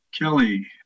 Kelly